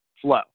flow